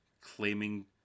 claiming